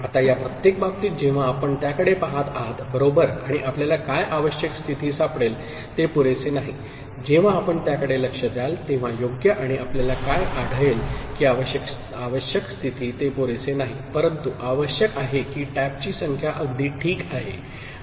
आता या प्रत्येक बाबतीत जेव्हा आपण त्याकडे पहात आहात बरोबर आणि आपल्याला काय आवश्यक स्थिती सापडेल ते पुरेसे नाही जेव्हा आपण त्याकडे लक्ष द्याल तेव्हा योग्य आणि आपल्याला काय आढळेल की आवश्यक स्थिती ते पुरेसे नाही परंतु आवश्यक आहे की टॅपची संख्या अगदी ठीक आहे